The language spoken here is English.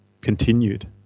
continued